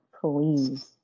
please